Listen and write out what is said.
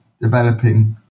developing